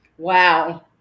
wow